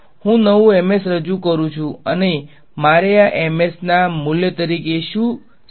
હું નવું રજૂ કરું છું અને મારે આ ના મૂલ્ય તરીકે શું સેટ કરવું જોઈએ